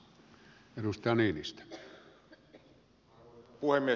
arvoisa puhemies